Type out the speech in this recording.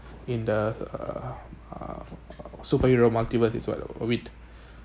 in the uh uh superhero multiverse is what uh with